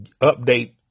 update